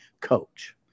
coach